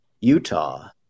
Utah